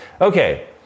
Okay